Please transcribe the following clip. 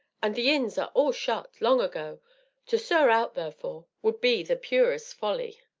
and the inns are all shut, long ago to stir out, therefore, would be the purest folly.